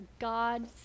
God